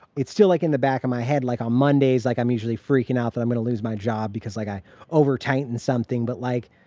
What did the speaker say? it's still like in the back of my head. like on mondays, like i'm usually freaking out that i'm going to lose my job because, like, i overtightened something, but, like,